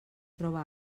troba